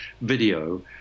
video